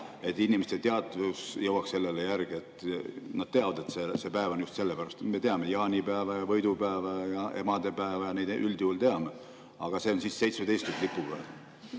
et inimeste teadvus jõuaks sellele järgi, et nad teavad: see päev on just selle pärast. Me teame jaanipäeva, võidupäeva ja emadepäeva – neid üldjuhul teame. Aga see on nüüd juba 17. lipupäev.